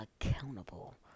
accountable